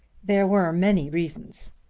there were many reasons.